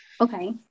Okay